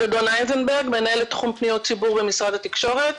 אני מנהלת תחום פניות הציבור במשרד התקשורת.